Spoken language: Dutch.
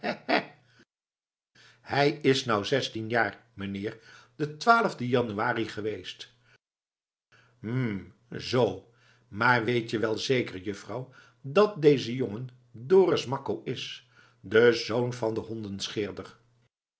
hij is nou zestien jaar meneer den den januari geweest hm zoo maar weet je wel zeker juffrouw dat deze jongen dorus makko is de zoon van den